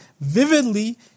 vividly